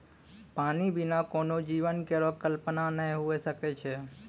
पानी बिना कोनो जीवन केरो कल्पना नै हुए सकै छै?